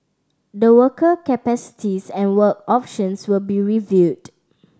the worker capacities and work options will be reviewed